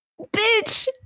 Bitch